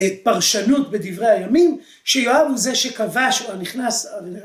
‫את פרשנות בדברי הימים, ‫שיואב הוא זה שכבש, נכנס...